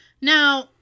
Now